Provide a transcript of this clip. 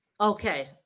Okay